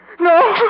No